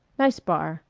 nice bar.